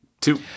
two